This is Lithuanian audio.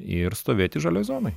ir stovėti žalioj zonoj